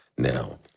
Now